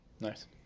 Nice